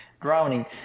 drowning